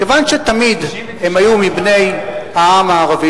כיוון שתמיד הם היו מבני העם הערבי,